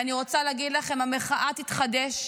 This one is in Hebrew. ואני רוצה להגיד לכם, המחאה תתחדש,